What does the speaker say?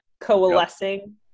coalescing